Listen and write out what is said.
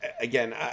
again